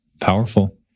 powerful